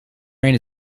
reign